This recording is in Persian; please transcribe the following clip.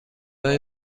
های